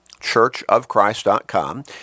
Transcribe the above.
churchofchrist.com